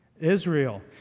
Israel